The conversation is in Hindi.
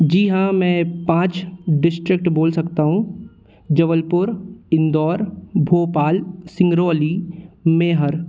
जी हाँ मैं पाँच डिस्ट्रिक्ट बोल सकता हूँ जबलपुर इंदौर भोपाल सिंगरौली मैहर